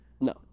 no